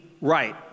right